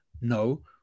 No